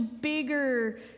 bigger